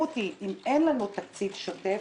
אם אין לנו תקציב שוטף,